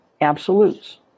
absolutes